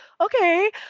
okay